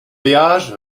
veaj